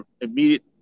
immediate